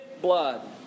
blood